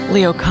Leo